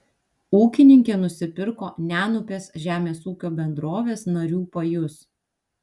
ūkininkė nusipirko nenupės žemės ūkio bendrovės narių pajus